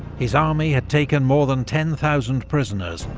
his army had taken more than ten thousand prisoners,